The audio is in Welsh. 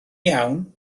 iawn